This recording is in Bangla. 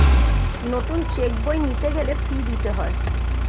নতুন চেক বই নিতে গেলে ফি দিতে হয়